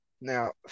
Now